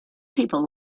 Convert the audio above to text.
people